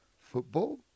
Football